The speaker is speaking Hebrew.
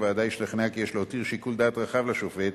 הוועדה השתכנעה כי יש להותיר שיקול דעת רחב לשופט